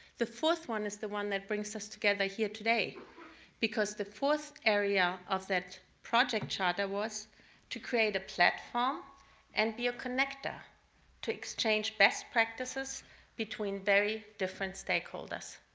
the fourth one is the one that brings us together today because the fourth area of that project charter was to create a platform and be a conductor to exchange best practices between very different stakeholders.